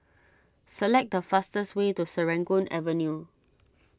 select the fastest way to Serangoon Avenue